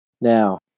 Now